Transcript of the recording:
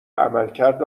عملکرد